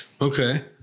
Okay